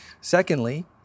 Secondly